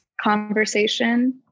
conversation